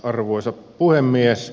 arvoisa puhemies